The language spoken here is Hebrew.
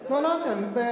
תגיד להם.